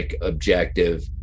objective